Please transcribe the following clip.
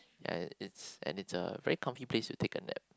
ya it's and it's a very comfy place to take a nap